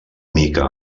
mica